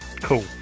cool